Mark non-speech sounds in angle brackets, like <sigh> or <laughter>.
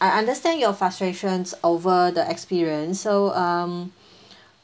I understand your frustrations over the experience so um <breath>